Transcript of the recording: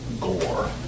gore